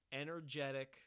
energetic